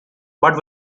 but